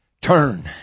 turn